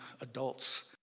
adults